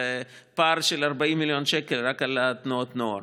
פער של 40 מיליון שקל רק על תנועות הנוער.